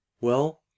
Well